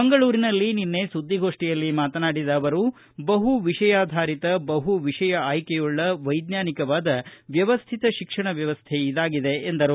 ಮಂಗಳೂರಿನಲ್ಲಿ ನಿನ್ನೆ ಸುದ್ದಿಗೋಷ್ಠಿಯಲ್ಲಿ ಮಾತನಾಡಿದ ಅವರು ಬಹು ವಿಷಯಾಧಾರಿತ ಬಹ ವಿಷಯ ಅಯ್ಕೆಯುಳ್ಳ ವೈಜ್ವಾನಿಕವಾದ ವ್ಯವಸ್ಟಿತ ಶಿಕ್ಷಣ ವ್ಯವಸ್ಟೆ ಇದಾಗಿದೆ ಎಂದರು